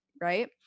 right